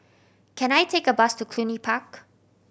can I take a bus to Cluny Park